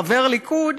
חבר הליכוד,